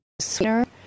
sweetener